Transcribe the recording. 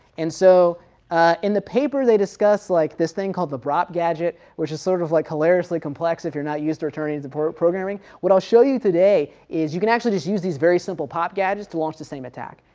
and so in the paper they discuss like this thing called the brop gadget, which is sort of like hilariously complex if you're not used to returning to programming. what i'll show you today is you can actually just use these very simple pop gadgets to launch the same attack.